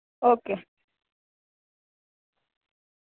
okay